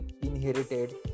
inherited